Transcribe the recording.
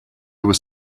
was